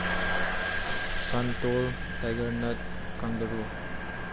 ꯁꯟꯇꯣꯜ tiger ꯅꯠ ꯀꯪꯒꯔꯨ